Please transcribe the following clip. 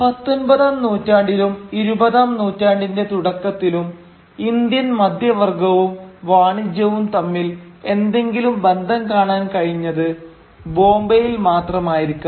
പത്തൊൻപതാം നൂറ്റാണ്ടിലും ഇരുപതാം നൂറ്റാണ്ടിന്റെ തുടക്കത്തിലും ഇന്ത്യൻ മധ്യവർഗവും വാണിജ്യവും തമ്മിൽ എന്തെങ്കിലും ബന്ധം കാണാൻ കഴിഞ്ഞത് ബോംബെയിൽ മാത്രമായിരിക്കാം